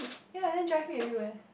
ya then drive me everywhere